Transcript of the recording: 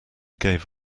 gave